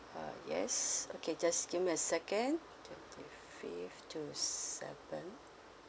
uh yes okay just give me a second twenty fifth to seventh